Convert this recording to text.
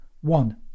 One